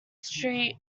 street